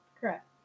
Correct